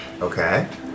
Okay